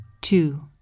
Two